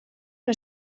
una